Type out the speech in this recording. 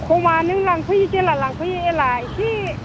खमा नों लांफैयो जेब्ला लांफैयो अब्ला एसे